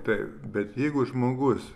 taip bet jeigu žmogus